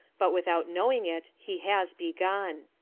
but without knowing it he has begun.